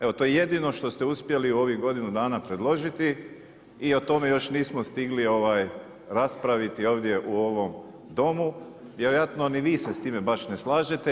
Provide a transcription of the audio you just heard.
Evo to je jedino što ste uspjeli u ovih godinu dana predložiti i o tome još nismo stigli raspraviti ovdje u ovom Domu, vjerojatno ni vi se s time baš ne slažete.